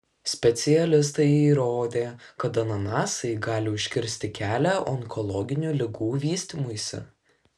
specialistai įrodė kad ananasai gali užkirsti kelią onkologinių ligų vystymuisi